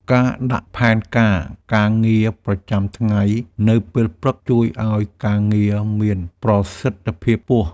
ការដាក់ផែនការការងារប្រចាំថ្ងៃនៅពេលព្រឹក ជួយឱ្យការងារមានប្រសិទ្ធភាពខ្ពស់។